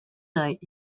night